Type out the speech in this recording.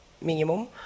minimum